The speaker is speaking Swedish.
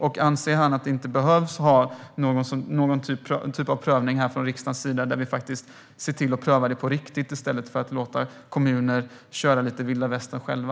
Och anser han att det inte behövs någon typ av prövning från riksdagens sida, där vi prövar detta på riktigt i stället för att låta kommuner köra lite vilda västern själva?